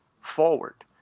forward